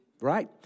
right